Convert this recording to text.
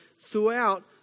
throughout